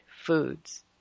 foods